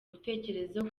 bitekerezo